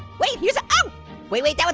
wait, here's a ah um wait, wait, but